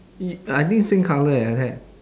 y~ ah I think same colour leh like that